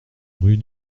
rue